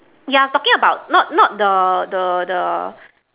yeah talking about not not the the the